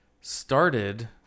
started